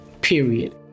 period